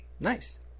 Nice